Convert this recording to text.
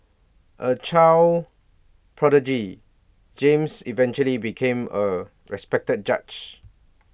A child prodigy James eventually became A respected judge